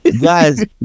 guys